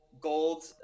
gold